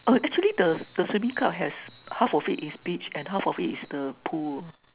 uh actually the the swimming club has half of it's beach and half of it's the pool